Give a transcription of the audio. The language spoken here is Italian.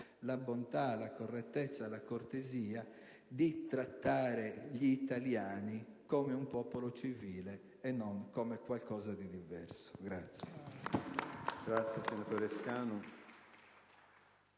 la bontà, la correttezza e la cortesia di trattare gli italiani come un popolo civile e non come qualcosa di diverso.